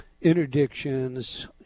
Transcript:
interdictions